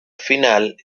final